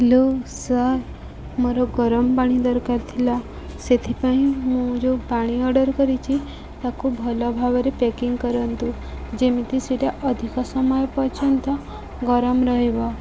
hello sir ମୋର ଗରମ ପାଣି ଦରକାର ଥିଲା ସେଥିପାଇଁ ମୁଁ ଯେଉଁ ପାଣି ଅର୍ଡ଼ର୍ କରିଛି ତାକୁ ଭଲ ଭାବରେ ପ୍ୟାକିଂ କରନ୍ତୁ ଯେମିତି ସେଇଟା ଅଧିକ ସମୟ ପର୍ଯ୍ୟନ୍ତ ଗରମ ରହିବ